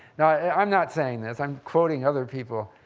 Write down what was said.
now, i'm not saying this. i'm quoting other people,